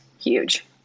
huge